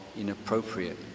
inappropriate